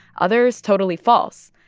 others totally false.